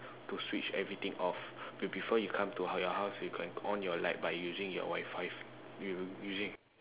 to switch everything off b~ before you come to your house you can on your light by using your wifi you using